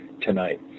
tonight